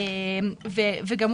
בנוסף,